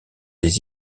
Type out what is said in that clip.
des